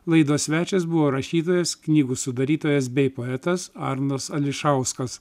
laidos svečias buvo rašytojas knygų sudarytojas bei poetas arnas ališauskas